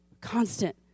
Constant